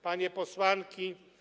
Panie Posłanki!